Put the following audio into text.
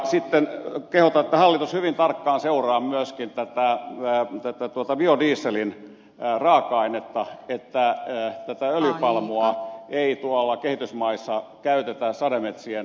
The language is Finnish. sitten kehotan että hallitus hyvin tarkkaan seuraa myöskin tätä biodieselin raaka ainetta että öljypalmua ei tuolla kehitysmaissa käytetä sademetsien tuhoamiseen